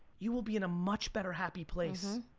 you will be in a much better happy place.